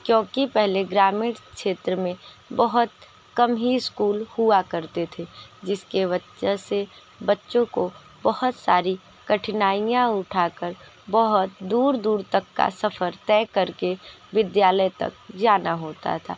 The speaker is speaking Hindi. क्योंकि पहले ग्रामीण क्षेत्र में बहुत कम ही स्कूल हुआ करते थे जिस के वजह से बच्चों को बहुत सारी कठिनाइयाँ उठाकर बहुत दूर दूर तक का सफ़र तय कर के विद्यालय तक जाना होता था